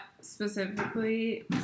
specifically